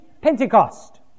Pentecost